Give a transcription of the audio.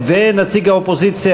נציג האופוזיציה,